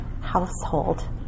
household